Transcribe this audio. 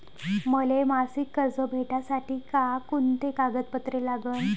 मले मासिक कर्ज भेटासाठी का कुंते कागदपत्र लागन?